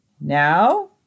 now